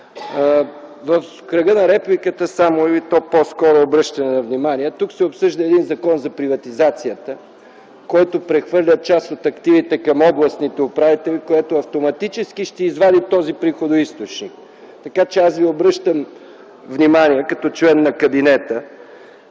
В кръга на репликата или по-скоро обръщане на внимание – тук се обсъжда един Закон за приватизацията, който прехвърля част от активите към областните управители, което автоматически ще извади този приходоизточник. Така, че аз Ви обръщам внимание като член на кабинета,